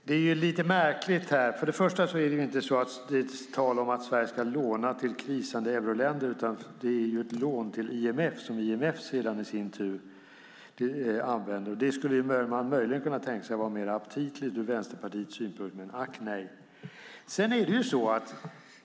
Fru talman! Det är inte tal om att Sverige ska låna till krisande euroländer. Det är ett lån till IMF som IMF i sin tur använder. Det skulle man kunna tänka sig vore mer aptitligt för Vänsterpartiet, men ack nej.